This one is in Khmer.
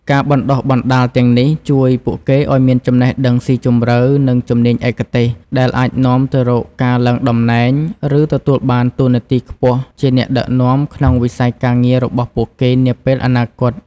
ការបណ្ដុះបណ្ដាលទាំងនេះជួយពួកគេឱ្យមានចំណេះដឹងស៊ីជម្រៅ និងជំនាញឯកទេស ដែលអាចនាំទៅរកការឡើងតំណែង ឬទទួលបានតួនាទីខ្ពស់ជាអ្នកដឹកនាំក្នុងវិស័យការងាររបស់ពួកគេនាពេលអនាគត។